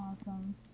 Awesome